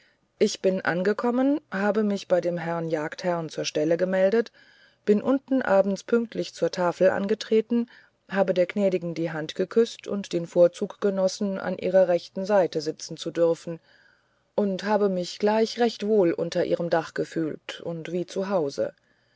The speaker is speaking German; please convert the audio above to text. ich bin angekommen habe mich bei dem herrn jagdherrn zur stelle gemeldet bin unten abends pünktlich zur tafel angetreten habe der gnädigen die hand geküßt und den vorzug genossen an ihrer rechten seite sitzen zu dürfen und habe mich gleich recht wohl unter ihrem dach gefühlt und wie